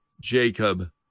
Jacob